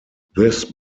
this